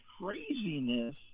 craziness